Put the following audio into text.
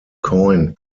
coined